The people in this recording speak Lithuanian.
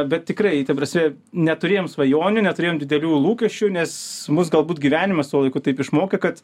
bet tikrai ta prasme neturėjom svajonių neturėjom didelių lūkesčių nes mus galbūt gyvenimas tuo laiku taip išmokė kad